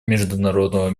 международного